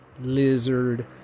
Lizard